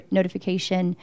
notification